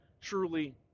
Truly